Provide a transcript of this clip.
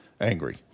angry